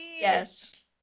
Yes